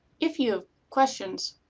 if you have questions,